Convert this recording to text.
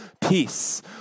Peace